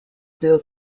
bill